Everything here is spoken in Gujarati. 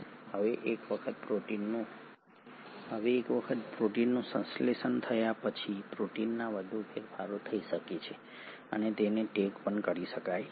હવે એક વખત પ્રોટીનનું સંશ્લેષણ થઈ ગયા પછી પ્રોટીનમાં વધુ ફેરફાર થઈ શકે છે અને તેને ટેગ પણ કરી શકાય છે